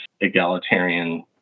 egalitarian